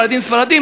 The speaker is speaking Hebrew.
חרדים ספרדים,